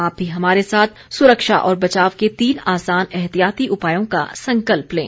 आप भी हमारे साथ सुरक्षा और बचाव के तीन आसान एहतियाती उपायों का संकल्प लें